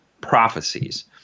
prophecies